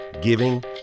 giving